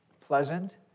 pleasant